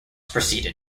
proceeded